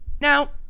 Now